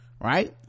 right